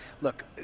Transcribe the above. Look